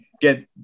get